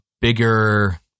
bigger